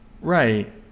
Right